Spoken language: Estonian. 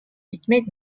mitmeid